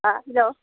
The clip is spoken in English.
hello